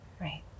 Right